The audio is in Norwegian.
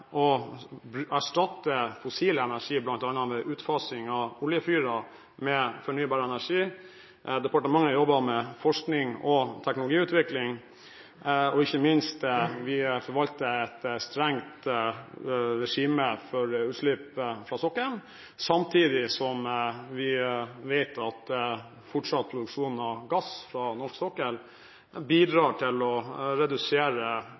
å erstatte fossil energi – bl.a. gjennom utfasing av oljefyrer – med fornybar energi. Departementet jobber med forskning og teknologiutvikling, og ikke minst forvalter vi et strengt regime for utslipp fra sokkelen. Samtidig vet vi at fortsatt produksjon av gass fra norsk sokkel bidrar til å redusere